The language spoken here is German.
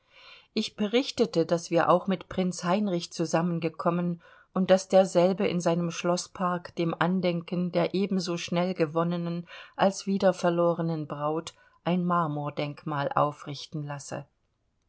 ich berichtete daß wir auch mit prinz heinrich zusammengekommen und daß derselbe in seinem schloßpark dem andenken der ebenso schnell gewonnenen als wiederverlorenen braut ein marmordenkmal aufrichten lasse